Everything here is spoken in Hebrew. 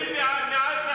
נשים מעזה?